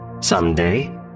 someday